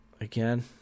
again